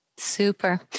Super